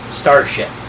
starship